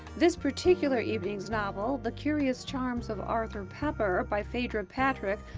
this particular evening's novel, the curious charms of arthur pepper by phaedra patrick,